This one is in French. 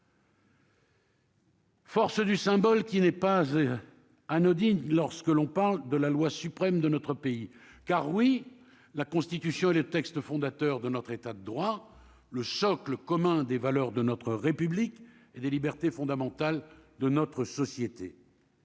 Force du symbole qui n'est pas anodine lorsque l'on parle de la loi suprême de notre pays, car oui, la Constitution et les textes fondateurs de notre État de droit, le socle commun des valeurs de notre République et des libertés fondamentales de notre société.